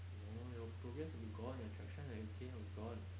no your progress will be gone your traction of working will be gone